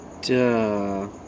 Duh